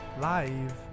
live